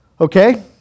Okay